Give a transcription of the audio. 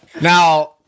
Now